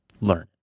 learn